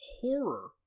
horror